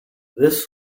this